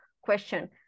question